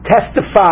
testify